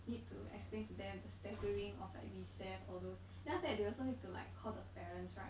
need to explain to them the staggering of like recess all those then after that they also need to like call the parents right